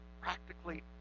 practically